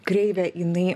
kreivė jinai